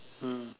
mm